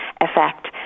effect